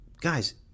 guys